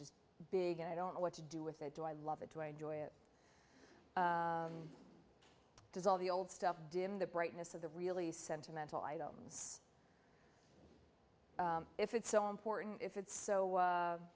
just big and i don't know what to do with it do i love it to enjoy it does all the old stuff dim the brightness of the really sentimental items if it's so important if it's so